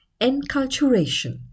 enculturation